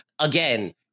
again